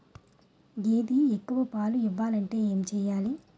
గేదె ఎక్కువ పాలు ఇవ్వాలంటే ఏంటి చెయాలి?